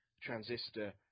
Transistor